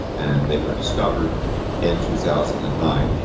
and they were discovered in two thousand and nine.